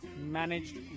managed